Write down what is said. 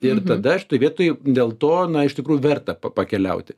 ir tada šitoj vietoj dėl to na iš tikrųjų verta pa pakeliauti